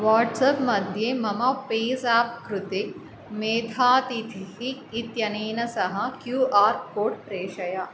वाट्साप्मध्ये मम page app कृते मेधातिथिः इत्यनेन सह क्यू आर् कोड् प्रेषय